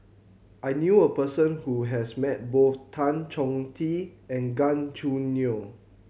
I knew a person who has met both Tan Chong Tee and Gan Choo Neo